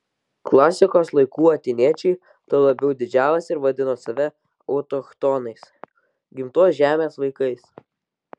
klasikos laikų atėniečiai tuo labai didžiavosi ir vadino save autochtonais gimtos žemės vaikais